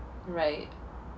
right